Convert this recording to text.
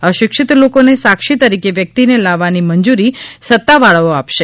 અશિક્ષિત લોકોને સાક્ષી તરીકે વ્યક્તિને લાવવાની મંજૂરી સત્તાવાળાઓ આપશે